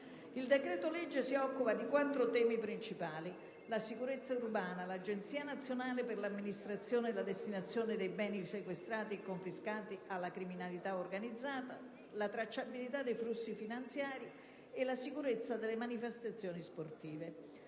Il decreto-legge si occupa di quattro temi principali: la sicurezza urbana, l'Agenzia nazionale per l'amministrazione e la destinazione dei beni sequestrati e confiscati alla criminalità organizzata, la tracciabilità dei flussi finanziari e la sicurezza delle manifestazioni sportive.